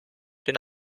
den